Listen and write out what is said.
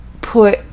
put